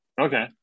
Okay